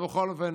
ובכל אופן